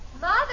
Mother